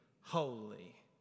holy